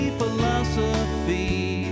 philosophy